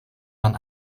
man